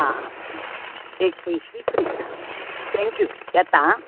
आं आं एक पयशे फ्री आं थॅक्यू येता आं